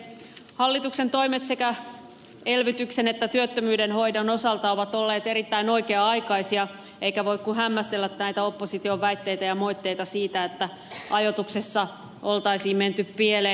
hallituksen toimet sekä elvytyksen että työttömyyden hoidon osalta ovat olleet erittäin oikea aikaisia eikä voi kuin hämmästellä näitä opposition väitteitä ja moitteita siitä että ajoituksessa olisi menty pieleen